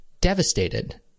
devastated